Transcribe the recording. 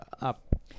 up